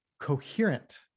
coherent